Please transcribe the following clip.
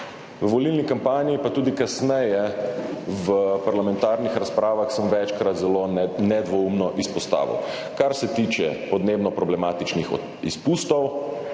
V volilni kampanji pa tudi kasneje v parlamentarnih razpravah sem večkrat zelo nedvoumno izpostavil: kar se tiče podnebno problematičnih izpustov,